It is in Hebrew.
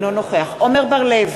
אינו נוכח עמר בר-לב,